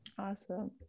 Awesome